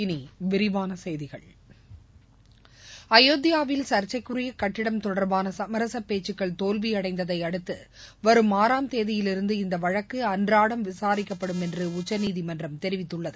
இனி விரிவான செய்திகள் அயோத்யாவில் சர்ச்சைக்குரிய கட்டடம் தொடர்பான சமரசப் பேச்சுக்கள் தோல்வியடைந்ததை அடுத்து வரும் ஆறாம் தேதியிலிருந்து இந்த வழக்கு அன்றாடம் விசாரிக்கப்படும் என்று உச்சநீதிமன்றம் தெரிவித்துள்ளது